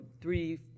three